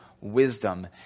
wisdom